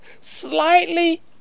slightly